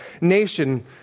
nation